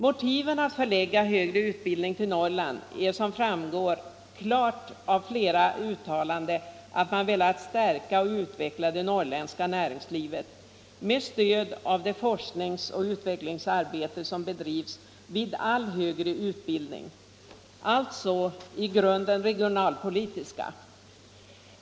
Motiven att förlägga högre utbildning till Norrland är, som klart framgår av flera uttalanden, att man velat stärka och utveckla det norrländska näringslivet, med stöd av det forskningsoch utvecklingsarbete som bedrivs vid all högre utbildning. Motiven är alltså i grunden regionalpolitiska.